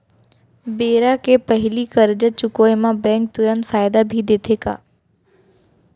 बेरा के पहिली करजा चुकोय म बैंक तुरंत फायदा भी देथे का?